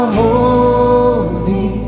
holy